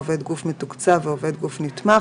"עובד גוף מתקוצב" ו-"עובד גוף נתמך"